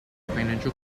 financial